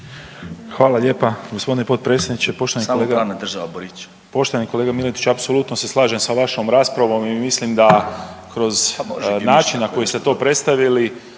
Hvala lijepa gospodine potpredsjedniče. Poštovani kolega …/Upadica: Samo glavna država Boriću./… poštovani kolega Miletiću apsolutno se slažem s vašom raspravom i mislim da kroz način na koji ste to predstavili